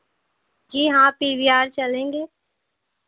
जी हाँ P V R चलेंगे